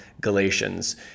Galatians